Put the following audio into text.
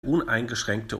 uneingeschränkte